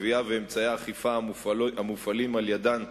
הגבייה ועל אמצעי האכיפה המופעלים על-ידיהן.